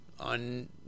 On